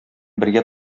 бергә